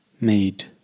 made